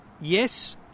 yes